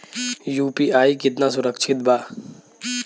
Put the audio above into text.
UPI कितना सुरक्षित बा?